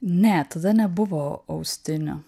ne tada nebuvo austinių